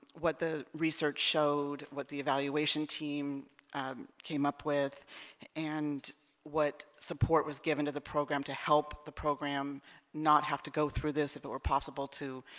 what the research showed what the evaluation team came up with and what support was given to the program to help the program not have to go through this if it were possible to